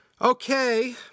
Okay